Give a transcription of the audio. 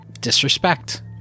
Disrespect